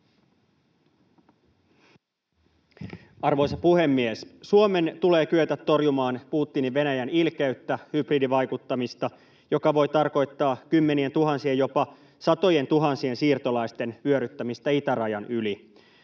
Arvoisa puhemies! Suomen tulee kyetä torjumaan Putinin Venäjän ilkeyttä, hybridivaikuttamista, joka voi tarkoittaa kymmenientuhansien, jopa satojentuhansien, siirtolaisten vyöryttämistä itärajan yli.